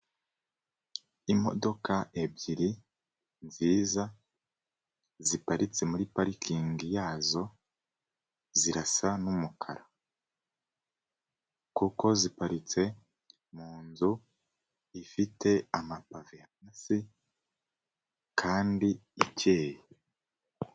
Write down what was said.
Imodoka ebyiri nziza ziparitse muri parikingi yazo, zirasa n'umukara kuko ziparitse mu nzu ifite amapave hasi kandi ikeye.